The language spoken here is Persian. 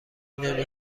نمی